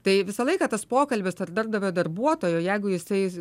tai visą laiką tas pokalbis tarp darbdavio darbuotojo jeigu jisai